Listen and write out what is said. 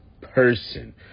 person